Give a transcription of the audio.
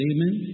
Amen